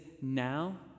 now